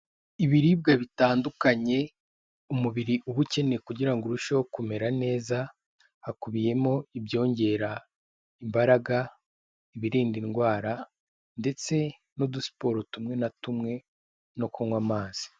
Ibiribwa bitandukanye, umubiri uba ukene kugira ngo urusheho kumera neza, hakubiyemo ibyongera imbaraga, ibirinda indwara, ndetse n'udusiporo tumwe na tumwe no kunywa amazi.